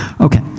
Okay